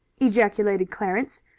ejaculated clarence,